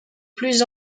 plus